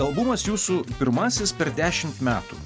albumas jūsų pirmasis per dešimt metų